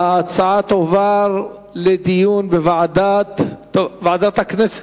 ההצעה תועבר לדיון בוועדת, ועדת הכנסת.